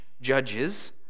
judges